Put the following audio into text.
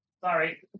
Sorry